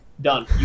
Done